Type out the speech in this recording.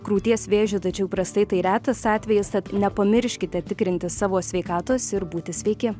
krūties vėžiu tačiau įprastai tai retas atvejis tad nepamirškite tikrinti savo sveikatos ir būti sveiki